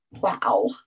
Wow